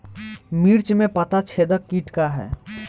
मिर्च में पता छेदक किट का है?